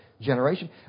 generation